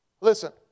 Listen